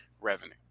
revenue